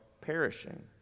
perishing